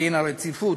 דין הרציפות.